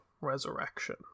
resurrection